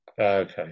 Okay